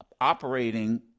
operating